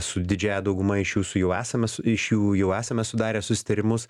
su didžiąja dauguma iš jūsų jau esame su iš jų jau esame sudarę susitarimus